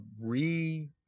re-